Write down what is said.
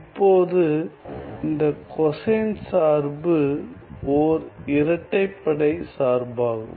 இப்போது இந்த கொசைன் சார்பு ஓர் இரட்டைப்படை சார்பாகும்